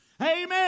Amen